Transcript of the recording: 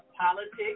politics